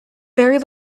very